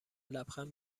لبخند